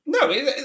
No